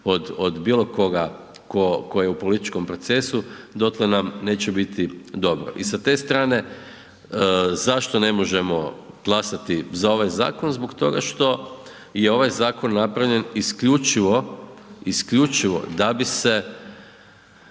od bilo koga tko je u političkom procesu, dotle nam neće biti dobro. I sa te strane, zašto ne možemo glasati za ovaj zakon, zbog toga što je ovaj zakon napravljen isključivo,